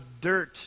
dirt